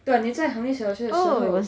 对 ah 你在恒力小学的时候